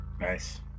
nice